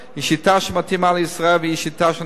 היא שיטה שמתאימה לישראל והיא שיטה שאנחנו